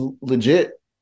legit